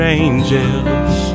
angels